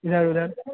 इधर उधर